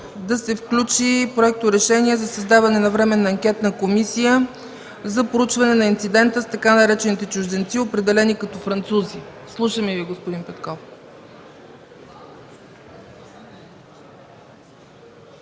да се включи проекторешение за създаване на Временна анкетна комисия за проучване на инцидента с така наречените „чужденци, определени като французи”. Слушаме Ви, господин Петков.